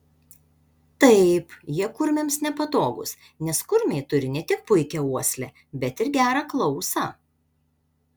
taip jie kurmiams nepatogūs nes kurmiai turi ne tik puikią uoslę bet ir gerą klausą